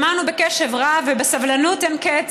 שמענו בקשב רב ובסבלנות אין-קץ,